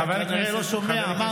אתה כנראה לא שומע.